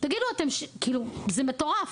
זה מטורף.